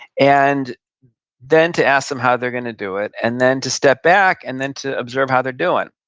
and then to ask them how they're gonna do it, and then to step back, and then to observe how they're doing.